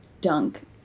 dunk